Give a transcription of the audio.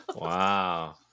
Wow